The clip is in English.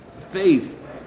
faith